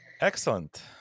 Excellent